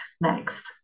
next